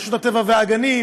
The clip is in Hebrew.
רשות הטבע והגנים,